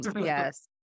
Yes